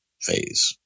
phase